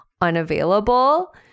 unavailable